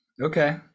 Okay